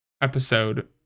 episode